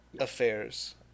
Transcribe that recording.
affairs